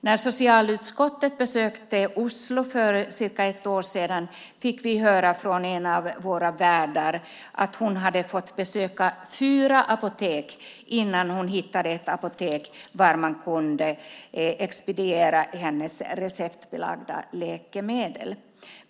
När socialutskottet besökte Oslo för cirka ett år sedan fick vi höra från en av våra värdar att hon hade fått besöka fyra apotek innan hon hittade ett apotek där man kunde expediera hennes receptbelagda läkemedel.